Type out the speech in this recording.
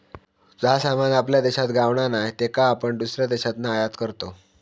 जा सामान आपल्या देशात गावणा नाय त्याका आपण दुसऱ्या देशातना आयात करतव